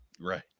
Right